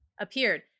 appeared